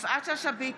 יפעת שאשא ביטון,